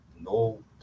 no